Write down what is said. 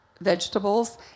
vegetables